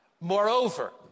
Moreover